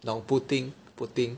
你懂 Putin Putin